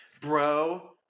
bro